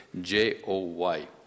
J-O-Y